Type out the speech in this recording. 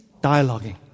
dialoguing